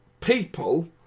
people